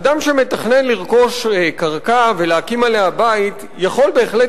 אדם שמתכנן לרכוש קרקע ולהקים עליה בית יכול בהחלט